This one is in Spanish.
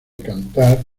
cantar